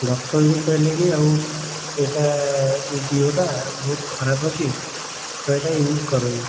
doctor ବି କହିଲେ କି ଆଉ ଏଇଟା ଏହି ଡିଓଟା ବହୁତ ଖରାପ ଅଛି ତ ଏଇଟା ଇଉଜ୍ କରନି